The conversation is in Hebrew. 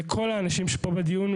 לכל האנשים שפה בדיון,